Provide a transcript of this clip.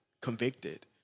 convicted